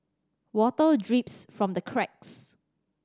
water drips from the cracks